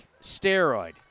steroid